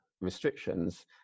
restrictions